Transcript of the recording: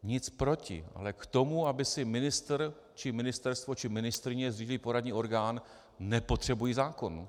Nic proti, ale k tomu, aby si ministr či ministerstvo či ministryně zřídili poradní orgán, nepotřebuji zákon.